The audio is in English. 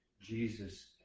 Jesus